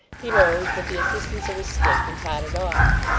he rose, with the assistance of his stick, and tottered off.